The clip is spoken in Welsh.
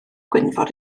gwynfor